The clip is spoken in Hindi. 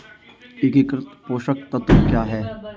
एकीकृत पोषक तत्व क्या है?